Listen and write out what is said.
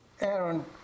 Aaron